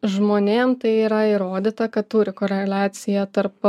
žmonėm tai yra įrodyta kad turi koreliaciją tarp